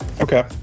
Okay